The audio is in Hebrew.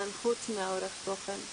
כן, חוץ מעורך התוכן.